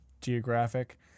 geographic